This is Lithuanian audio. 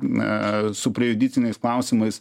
na su prejudiciniais klausimais